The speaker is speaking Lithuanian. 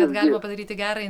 kad galima padaryti gerą